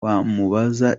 wamubaza